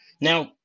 Now